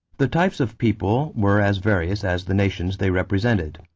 the types of people were as various as the nations they represented.